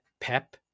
Pep